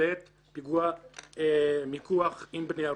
בעת פיגוע מיקוח עם בני ערובה.